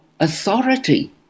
authority